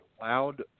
loud